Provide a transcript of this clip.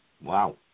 Wow